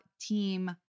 team